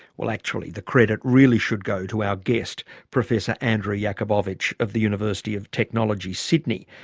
well actually the credit really should go to our guest, professor andrew jakubowicz of the university of technology, sydney.